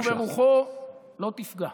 וברוחו לא תפגע.